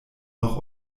noch